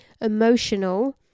Emotional